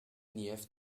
niev